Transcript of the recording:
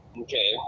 Okay